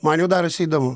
man jau darosi įdomu